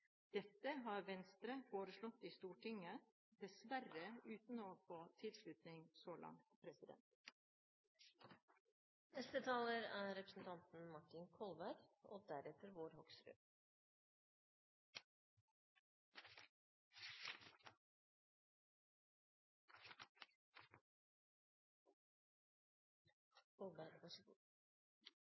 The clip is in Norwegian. Dette har Venstre foreslått i Stortinget, dessverre uten å få tilslutning så langt. Det er fra veldig mange talere og fra interpellanten, representanten